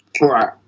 Right